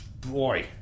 Boy